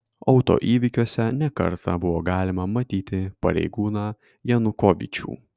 autoįvykiuose ne kartą buvo galima matyti pareigūną janukovyčių